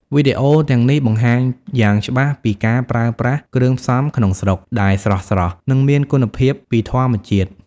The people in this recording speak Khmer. វីដេអូទាំងនេះបង្ហាញយ៉ាងច្បាស់ពីការ ប្រើប្រាស់គ្រឿងផ្សំក្នុងស្រុក ដែលស្រស់ៗ និងមានគុណភាពពីធម្មជាតិ។